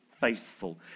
faithful